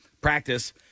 practice